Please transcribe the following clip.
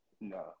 No